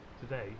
today